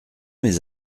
mes